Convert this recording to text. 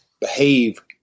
behave